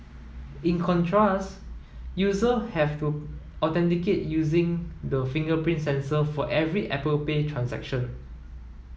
in contrast user have to authenticate using the fingerprint sensor for every Apple Pay transaction